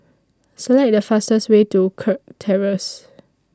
Select The fastest Way to Kirk Terrace